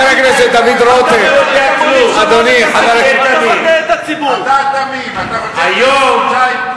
איזה, יש ביהודה ושומרון?